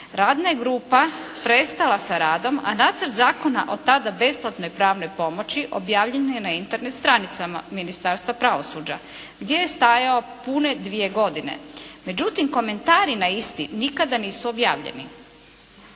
radna je grupa prestala sa radom, a Nacrt zakona o tada besplatnoj pravnoj pomoći objavljen je na Internet stranicama Ministarstva pravosuđa. Gdje je stajao pune dvije godine. Međutim komentari na isti nikada nisu objavljeni.